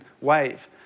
wave